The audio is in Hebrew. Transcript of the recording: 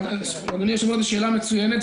אדוני היושב-ראש, זאת שאלה מצוינת.